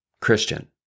Christian